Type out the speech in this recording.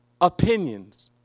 opinions